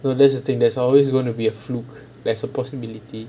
that the thing there's always gonna be a fluke there's a possibility